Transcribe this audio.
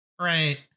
Right